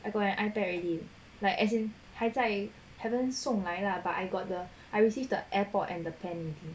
I got an ipad already like as in 还在 haven't 送来 lah but I got the I receive the airpods and the pen already